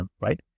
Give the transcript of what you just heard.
right